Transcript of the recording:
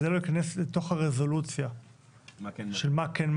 כדי לא להיכנס לתוך הרזולוציה של מה כן,